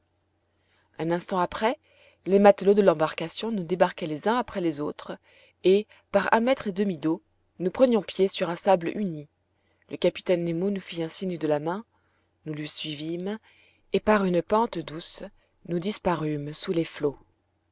un instant après les matelots de l'embarcation nous débarquaient les uns après les autres et par un mètre et demi d'eau nous prenions pied sur un sable uni le capitaine nemo nous fit un signe de la main nous le suivîmes et par une pente douce nous disparûmes sous les flots